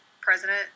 president